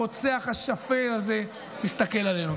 הרוצח השפל הזה מסתכל עלינו.